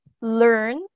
learn